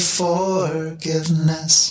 forgiveness